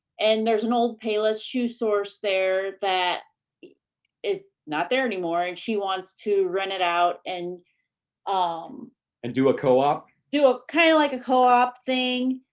and there's an old payless shoe source there that is not there anymore and she wants to rent it out and um and do a co-op? do ah kind of like a co-op thing.